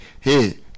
Hey